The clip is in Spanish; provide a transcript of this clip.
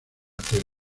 tele